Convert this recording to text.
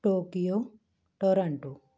Tokyo Toronto